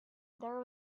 there